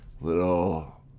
Little